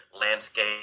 landscape